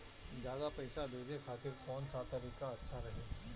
ज्यादा पईसा भेजे खातिर कौन सा तरीका अच्छा रही?